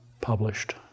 published